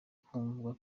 kumvwa